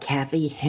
Kathy